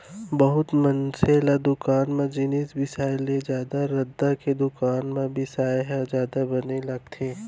बहुत मनसे ल दुकान म जिनिस बिसाय ले जादा रद्दा के दुकान म बिसाय ह जादा बने लागथे